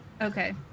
okay